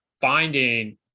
finding